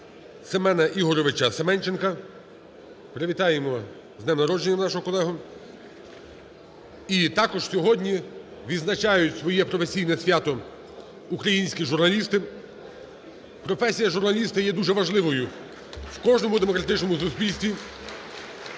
Семена Ігоровича Семенченка. Привітаємо з днем народження нашого колегу. (Оплески) І також сьогодні відзначають своє професійне свято українські журналісти. Професія журналіста є дуже важливою в кожному демократичному суспільстві.